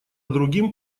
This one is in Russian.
другим